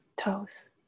toes